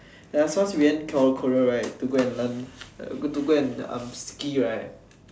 there was once we went Korea right to go and learn to go and ski right